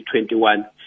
2021